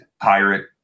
pirate